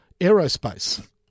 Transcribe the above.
aerospace